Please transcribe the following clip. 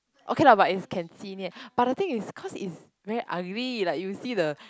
okay lah but is can see near but the thing is cause it's very ugly like you see the